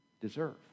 deserve